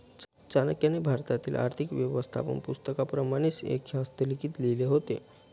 चाणक्याने भारतातील आर्थिक व्यवस्थापन पुस्तकाप्रमाणेच एक हस्तलिखित लिहिले होते